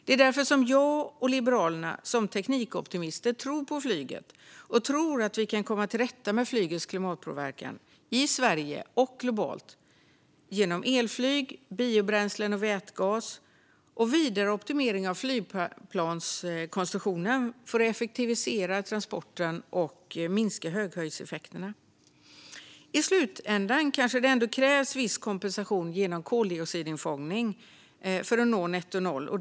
Det är därför jag och Liberalerna som teknikoptimister tror på flyget och tror att vi kan komma till rätta med flygets klimatpåverkan, i Sverige och globalt, genom elflyg, biobränslen, vätgas och vidare optimering av flygplanskonstruktionen för att effektivisera transporten och minska höghöjdseffekterna. I slutändan kanske det krävs viss kompensation genom koldioxidinfångning för att nå nettonoll.